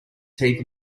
teeth